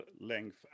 length